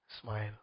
smile